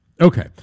Okay